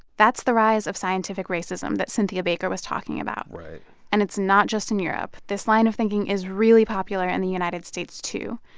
that's the rise of scientific racism that cynthia baker was talking about. and it's not just in europe. this line of thinking is really popular in the united states, too.